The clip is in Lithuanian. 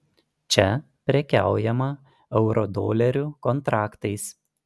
čia prekiaujama eurodolerių kontraktais